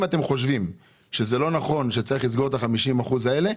אם אתם חושבים שזה לא נכון שצריך לסגור את ה-50% האלה,